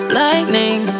lightning